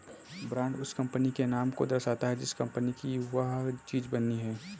brand उस company के नाम को दर्शाता है जिस कंपनी की वह चीज बनी है